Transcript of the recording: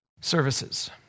services